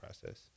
process